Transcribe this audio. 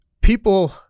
people